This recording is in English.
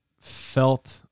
felt